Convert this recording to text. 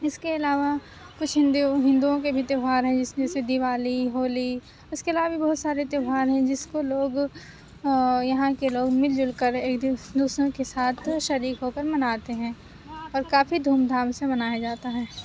اِس کے علاوہ کچھ ہندوؤں ہندوؤں کے بھی تہوار ہیں جس میں سے دیوالی ہولی اِس کے علاوہ بھی بہت سارے تہوار ہیں جس کو لوگ یہاں کے لوگ مل جُل کر ایک دوسروں کے ساتھ شریک ہو کر مناتے ہیں اور کافی دھوم دھام سے منایا جاتا ہے